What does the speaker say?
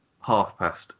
half-past